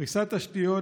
פריסת תשתיות,